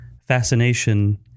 fascination